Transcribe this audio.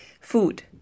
Food